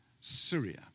Syria